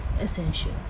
essential